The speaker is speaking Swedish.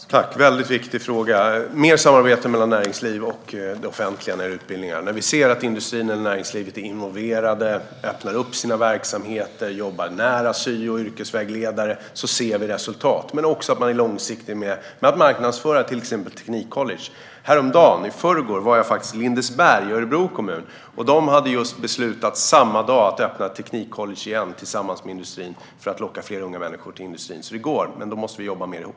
Fru talman! Det är en viktig fråga. Vi måste ha mer samarbete mellan näringsliv och det offentliga när det gäller utbildningar. När industri och näringsliv är involverade, öppnar sina verksamheter och jobbar nära studie och yrkesvägledare ser vi resultat. Marknadsföringen av till exempel teknikcollege måste också vara långsiktig. I förrgår var jag i Lindesberg i Örebro län, och där hade man samma dag beslutat att åter starta ett teknikcollege med industrin för att locka fler unga människor till industrin. Det går alltså, men då vi måste jobba mer ihop.